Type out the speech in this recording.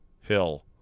Hill